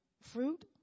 fruit